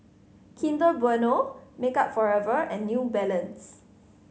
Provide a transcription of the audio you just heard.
Kinder Bueno Makeup Forever and New Balance